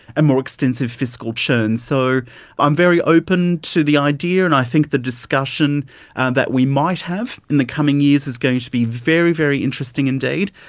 and more extensive fiscal churn. so i'm very open to the idea and i think the discussion and that we might have in the coming years is going to be very, very interesting indeed,